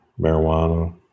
Marijuana